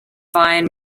find